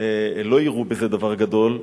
לא יראו בזה דבר גדול.